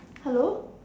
hello